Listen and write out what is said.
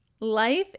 life